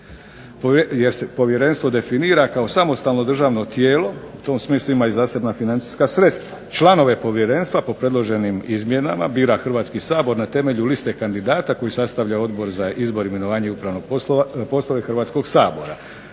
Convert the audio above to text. Jer se povjerenstvo definira kao samostalno državno tijelo. U tom smislu ima i zasebna financijska sredstva. Članove povjerenstva po predloženim izmjenama bira Hrvatski sabor na temelju liste kandidata koju sastavlja Odbor za izbor, imenovanje i upravne poslove Hrvatskog sabora.